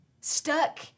stuck